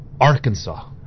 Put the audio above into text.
Arkansas